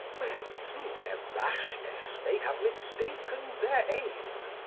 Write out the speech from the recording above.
when through their rashness they have mistaken their aim.